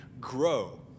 grow